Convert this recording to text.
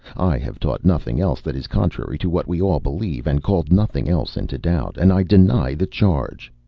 i have taught nothing else that is contrary to what we all believe, and called nothing else into doubt. and i deny the charge.